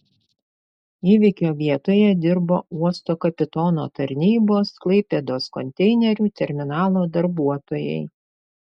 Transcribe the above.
įvykio vietoje dirbo uosto kapitono tarnybos klaipėdos konteinerių terminalo darbuotojai